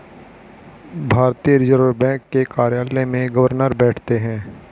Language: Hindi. भारतीय रिजर्व बैंक के कार्यालय में गवर्नर बैठते हैं